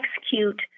execute